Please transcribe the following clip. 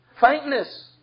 faintness